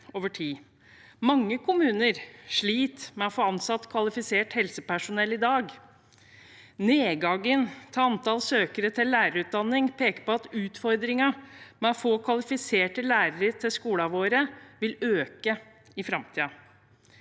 Mange kommuner sliter med å få ansatt kvalifisert helsepersonell i dag. Nedgangen i antall søkere til lærerutdanningen peker på at utfordringen med å få kvalifiserte lærere til skolene våre vil øke i framtiden.